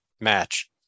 match